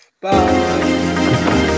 Bye